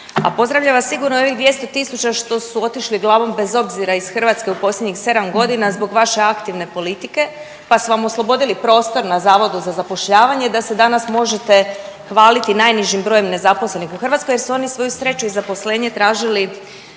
A pozdravlja vas sigurno i ovih 200000 što su otišli glavom bez obzira iz Hrvatske u posljednjih 7 godina zbog vaše aktivne politike, pa su vam oslobodili prostor na Zavodu za zapošljavanje da se danas možete hvaliti najnižim brojem nezaposlenih u Hrvatskoj, jer su oni svoju sreću i zaposlenje tražili